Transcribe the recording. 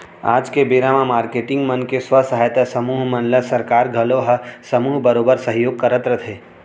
आज के बेरा म मारकेटिंग मन के स्व सहायता समूह मन ल सरकार घलौ ह समूह बरोबर सहयोग करत रथे